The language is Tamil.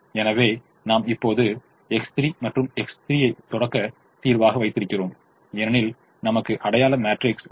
எனவே நாம் இப்போது X3 மற்றும் X3 ஐ தொடக்க தீர்வாக வைத்திருக்கிறோம் ஏனெனில் நமக்கு அடையாள மேட்ரிக்ஸ் உள்ளது